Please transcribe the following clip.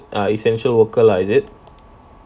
but he was considered uh essential worker lah is it